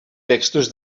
textos